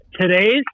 Today's